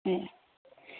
ହୁଁ